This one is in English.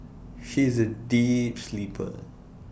she is A deep sleeper